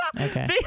Okay